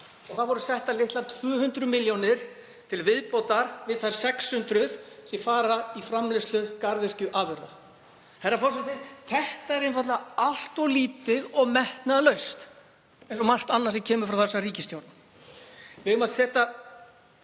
Það voru settar litlar 200 milljónir til viðbótar við þær 600 sem fara í framleiðslu garðyrkjuafurða. Herra forseti. Þetta er einfaldlega allt of lítið og metnaðarlaust eins og margt annað sem kemur frá þessari ríkisstjórn. Við eigum að setja